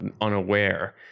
unaware